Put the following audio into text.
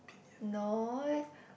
no eh